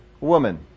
woman